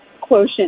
quotient